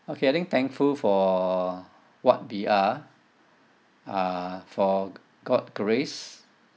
okay I think thankful for what we are uh for god grace